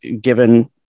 given